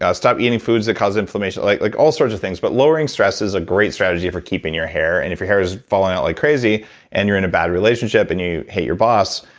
ah stop eating foods that cause inflammation like like all sorts of things. but lowering stress is a great strategy for keeping your hair, and if your hair is falling out like crazy and you're in a bad relationship and you hate your boss,